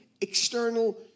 external